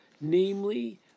namely